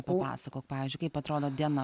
papasakok pavyzdžiui kaip atrodo diena